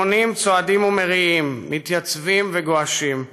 המונים צועדים ומריעים, מתייצבים וגועשים.